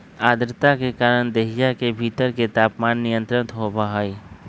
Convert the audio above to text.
आद्रता के कारण देहिया के भीतर के तापमान नियंत्रित होबा हई